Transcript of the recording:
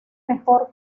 mejor